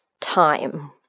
time